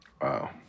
Wow